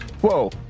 Whoa